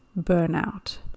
Burnout